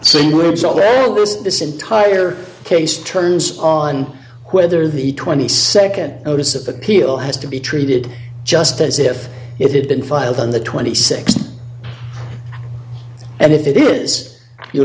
lives this entire case turns on whether the twenty second notice of appeal has to be treated just as if it had been filed on the twenty sixth and if it is you